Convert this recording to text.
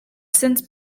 since